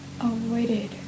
avoided